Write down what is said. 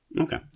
Okay